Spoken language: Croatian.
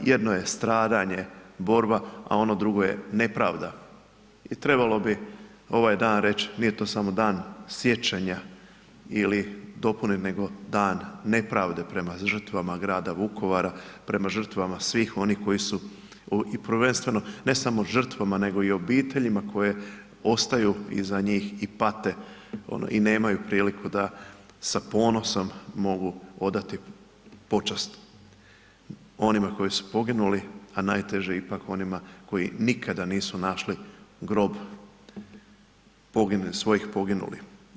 Jedno je stradanje, borba, a ono drugo je nepravda i trebalo bi ovaj dan reći, nije to samo dan sjećanja ili dopune nego dan nepravde prema žrtvama grada Vukovara, prema žrtvama svih onih koji su i prvenstveno ne samo žrtvama, nego i obiteljima koje ostaju iza njih i pate i nemaju priliku da sa ponosom odati počast onima koji su poginu, a najteže je ipak onima koji nikada nisu našli grob svojih poginulih.